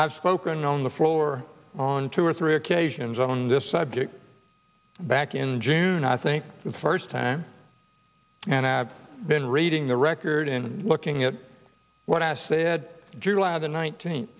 have spoken on the floor on two or three occasions on this subject back in june i think the first time and i have been reading the record in looking at what i said july the nineteen